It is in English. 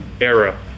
era